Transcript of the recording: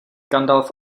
gandalf